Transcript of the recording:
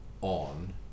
on